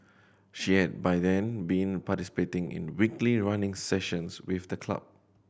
she had by then been participating in weekly running sessions with the club